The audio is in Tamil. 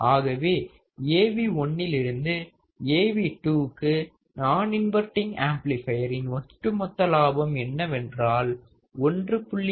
ஆகவேAv1 லிருந்து Av2 க்கு நான் இன்வர்டிங் ஆம்ப்ளிபையர் ஒட்டுமொத்த லாபம் என்னவென்றால் 1